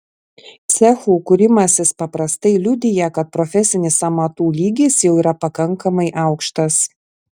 cechų kūrimasis paprastai liudija kad profesinis amatų lygis jau yra pakankamai aukštas